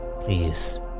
please